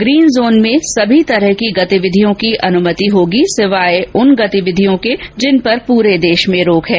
green zone में सभी तरह की गतिविधियों की अनुमति होगी सिवाय उन गतिविधियों की जिन पर पूरे देश में रोक है